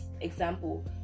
example